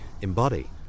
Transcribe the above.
embody